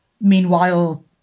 Meanwhile